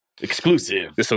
Exclusive